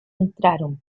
entraron